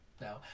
no